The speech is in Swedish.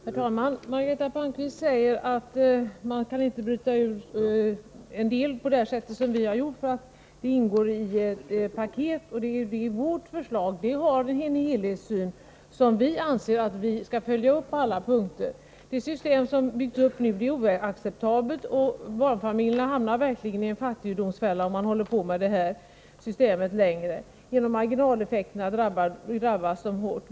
Herr talman! Margareta Palmqvist säger att man inte kan bryta ut en del på det sätt som vi har gjort utan att det ingår i ett paket. I vårt förslag har vi också en helhetssyn, som vi anser att vi skall följa upp på alla punkter. Det system som har byggts upp är oacceptabelt. Barnfamiljerna hamnar verkligen i en fattigdomsfälla om man håller på med detta system längre. Genom marginaleffekterna drabbas de hårt.